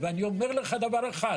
ואני אומר לך דבר אחד,